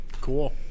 Cool